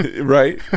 right